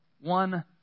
one